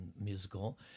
musical